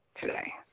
today